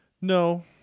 No